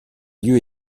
lieux